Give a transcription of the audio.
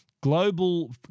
Global